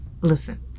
listen